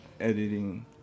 editing